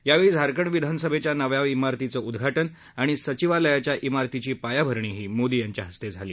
यावेळी झारखंड विधान सभेच्या नव्या इमारतीचं उद्घाटन आणि सचिवालयाच्या इमारतीची पायाभरणीही मोदी यांच्या हस्ते झाली